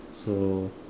so